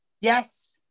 Yes